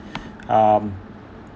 um